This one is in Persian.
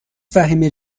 فهیمه